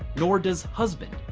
nor does husband,